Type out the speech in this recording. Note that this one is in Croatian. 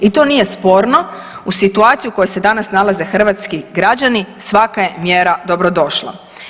I to nije sporno u situaciji u kojoj se danas nalaze hrvatski građani svaka je mjera dobrodošla.